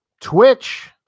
Twitch